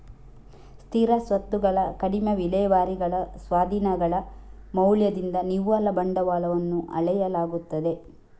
ಸ್ಥಿರ ಸ್ವತ್ತುಗಳ ಕಡಿಮೆ ವಿಲೇವಾರಿಗಳ ಸ್ವಾಧೀನಗಳ ಮೌಲ್ಯದಿಂದ ನಿವ್ವಳ ಬಂಡವಾಳವನ್ನು ಅಳೆಯಲಾಗುತ್ತದೆ